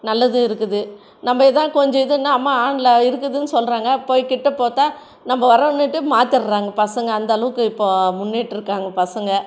நல்லதும் இருக்குது நம்ம எதாது கொஞ்சம் இதுனால் அம்மா ஆன்ல இருக்குதுன்னு சொல்கிறாங்க போய் கிட்ட பார்த்தா நம்ம வரோன்னுட்டு மாத்திடுறாங்க பசங்கள் அந்தளவுக்கு இப்போது முன்னேற்றிருக்காங்கள் பசங்கள்